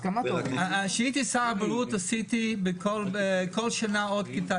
כשהייתי שר הבריאות עשיתי כל שנה עוד כיתה.